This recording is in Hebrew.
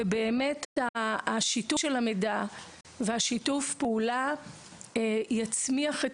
באמת השיתוף של המידע ושיתוף הפעולה יצמיח את